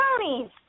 ponies